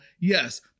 Yes